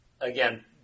Again